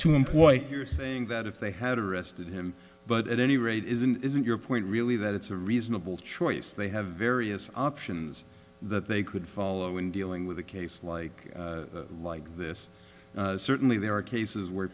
to employ you're saying that if they had arrested him but at any rate isn't isn't your point really that it's a reasonable choice they have various options that they could follow in dealing with a case like like this certainly there are cases where